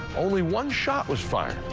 only one shot was fired.